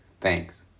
Thanks